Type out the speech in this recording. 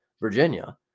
Virginia